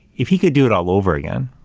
if he could do it all over again,